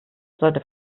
sollte